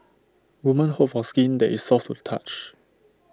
women hope for skin that is soft to the touch